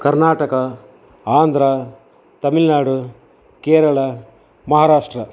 Karnataka Andhra Tamil Nadu Kerala Maharashtra